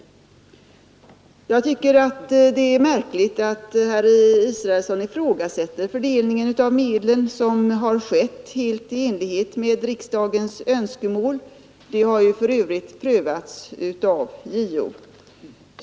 Jag tycker det är märkligt att herr Israelsson ifrågasätter fördelningen av medlen, som har skett helt i enlighet med riksdagens önskemål och som för övrigt har prövats av JO.